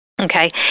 okay